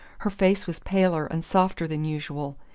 her face was paler and softer than usual,